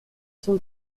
son